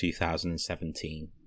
2017